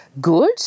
good